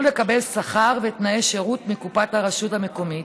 לקבל שכר ותנאי שירות מקופת הרשות המקומית